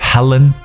Helen